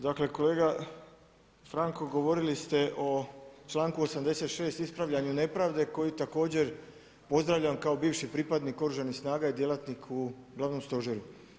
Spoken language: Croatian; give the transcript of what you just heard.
Dakle, kolega Franko govorili ste o članku 86. ispravljanju nepravde koji također pozdravljam kao bivši pripadnih Oružanih snaga i djelatnik u Glavnom stožeru.